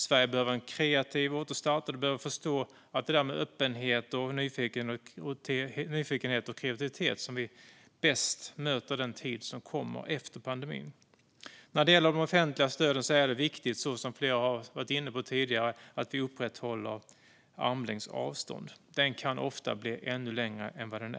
Sverige behöver en kreativ återstart, och vi behöver förstå att det är med öppenhet, nyfikenhet och kreativitet som vi bäst möter den tid som kommer efter pandemin. När det gäller de offentliga stöden är det, som flera av oss har varit inne på tidigare, viktigt att vi upprätthåller armlängds avstånd - och den kan ofta bli ännu längre än i dag.